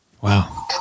Wow